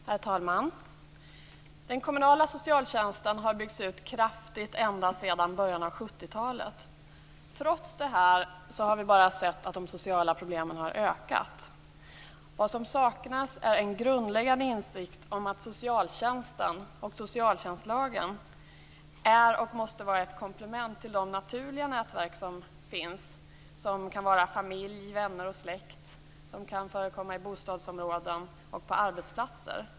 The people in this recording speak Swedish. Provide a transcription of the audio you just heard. Herr talman! Den kommunala socialtjänsten har byggts ut kraftigt ändå sedan början av 1970-talet. Trots detta har vi sett att de sociala problemen bara har ökat. Vad som saknas är en grundläggande insikt om att socialtjänsten och socialtjänslagen är och måste vara ett komplement till de naturliga nätverk som finns, som kan vara familj, vänner och släkt och som kan förekomma i bostadsområden och på arbetsplatser.